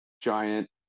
giant